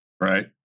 Right